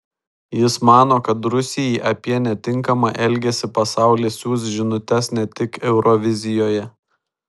jis mano kad rusijai apie netinkamą elgesį pasaulis siųs žinutes ne tik eurovizijoje